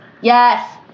yes